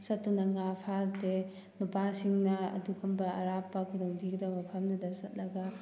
ꯆꯠꯇꯨꯅ ꯉꯥ ꯐꯥꯗꯦ ꯅꯨꯄꯥꯁꯤꯡꯅ ꯑꯗꯨꯒꯨꯝꯕ ꯑꯔꯥꯞꯄ ꯈꯨꯗꯣꯡ ꯊꯤꯒꯗꯕ ꯃꯐꯝꯗꯨꯗ ꯆꯠꯂꯒ